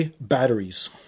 batteries